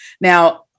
Now